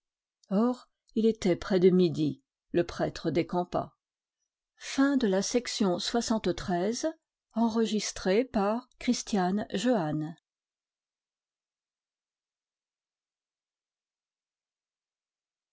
or il était près de midi le prêtre décampa chapitre